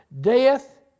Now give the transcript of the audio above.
Death